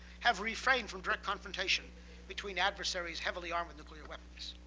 have refrained from direct confrontation between adversaries heavily armed with nuclear weapons.